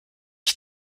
ich